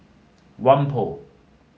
Whampoa